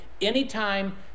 anytime